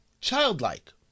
Childlike